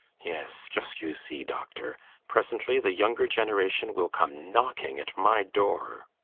yes, just you see, doctor presently the younger generation will come knocking at my door